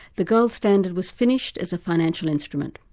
the gold standard was finished as a financial instrument.